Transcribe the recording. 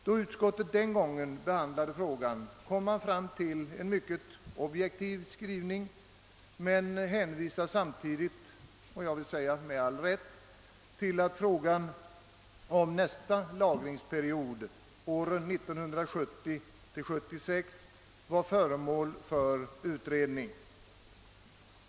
Då utskottet den gången behandlade saken kom man fram till en mycket objektiv skrivning men hänvisade samtidigt — med all rätt — till att frågan om nästa lagringsperiod åren 1970—1976 var föremål för utredning.